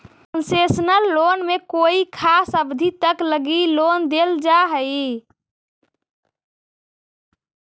concessional loan में कोई खास अवधि तक लगी लोन देल जा हइ